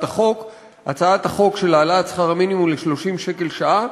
החוק להעלאת שכר המינימום ל-30 שקל לשעה,